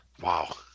Wow